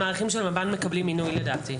מעריכים של מב"ן מקבלים מינוי לדעתי.